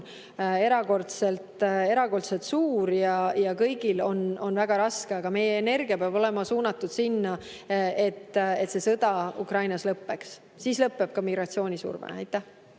erakordselt suur ja kõigil on väga raske, aga meie energia peab olema suunatud sellele, et sõda Ukrainas lõpeks. Siis lõpeb ka migratsioonisurve. Aitäh!